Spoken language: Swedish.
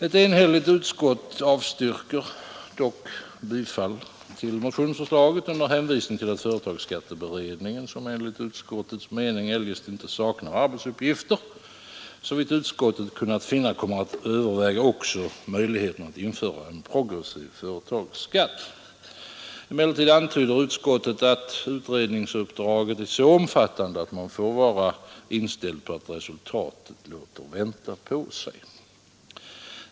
Ett enhälligt utskott avstyrker dock motionsförslaget under hänvisning till att företagsskatteberedningen, som enligt utskottets mening eljest inte saknar arbetsuppgifter, såvitt utskottet kunnat finna kommer att överväga också möjligheterna att införa en progressiv bolagsskatt. Emellertid antyder utskottet att utredningsuppdraget är så omfattande, att man får vara inställd på att resultatet låter vänta på sig.